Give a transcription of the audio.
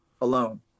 alone